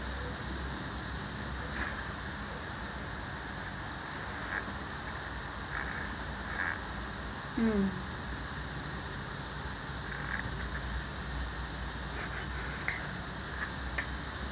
mm